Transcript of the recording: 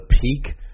peak